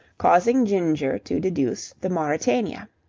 causing ginger to deduce the mauritania.